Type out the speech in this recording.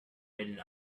made